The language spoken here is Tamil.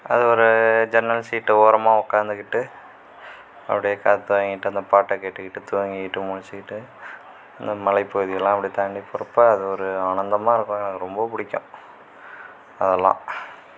அது ஒரு ஜன்னல் சீட் ஓரமாக உக்காந்துக்கிட்டு அப்படியே காற்று வாங்கிகிட்டு அந்த பாட்டை கேட்டுக்கிட்டு தூங்கிக்கிட்டு முழிச்சிக்கிட்டு அந்த மலைப்பகுதி எல்லாம் அப்படியே தாண்டி போகிறப்ப அது ஒரு ஆனந்தமாக இருக்கும் அது எனக்கு ரொம்ப பிடிக்கும் அதெல்லாம்